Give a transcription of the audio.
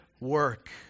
work